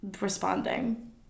responding